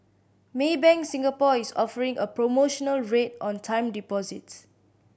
Maybank Singapore is offering a promotional rate on time deposits